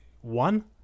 one